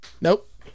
nope